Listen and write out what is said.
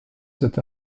cet